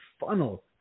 funnel